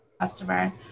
customer